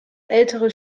ältere